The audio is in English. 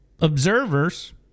observers